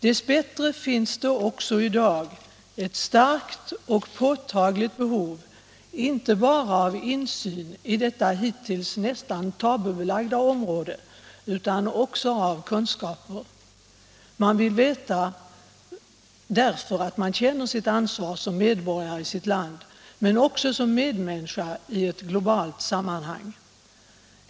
Dess bättre finns det också i dag ett starkt och påtagligt behov inte bara av insyn i detta hittills nästan tabubelagda område utan också av kunskaper. Man vill veta — därför att man känner sitt ansvar som medborgare i sitt land men också som medmänniska i ett globalt sammanhang.